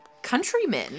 Countrymen